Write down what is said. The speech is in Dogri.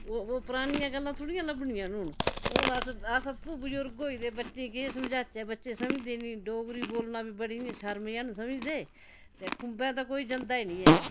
ओह् ओह् परानियां गल्ला थोह्ड़ियां लभनियां न हून हून अस आपूं बजुर्ग होई गेदे बच्चें गी केह् समझाचै बच्चे समझदे नी डोगरी बोलना बी बड़ी इयां शर्म जन समझदे ते खुंबै ते कोई जंदा नी ऐ